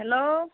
hello